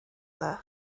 dda